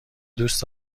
دوست